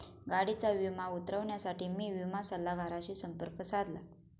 गाडीचा विमा उतरवण्यासाठी मी विमा सल्लागाराशी संपर्क साधला